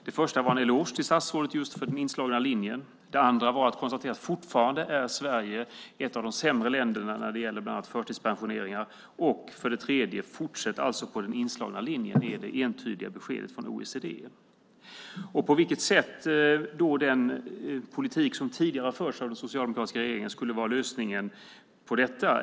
Det första var en eloge till statsrådet för den valda linjen. Det andra var ett konstaterande att Sverige fortfarande är ett av de sämre länderna när det gäller bland annat förtidspensioneringar. Det tredje var en uppmaning att fortsätta på den valda linjen. Det är det entydiga beskedet från OECD. På vilket sätt skulle den politik som tidigare har förts av den socialdemokratiska regeringen vara lösningen på detta?